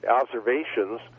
observations